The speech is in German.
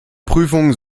prüfung